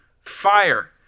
Fire